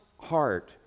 heart